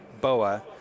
BOA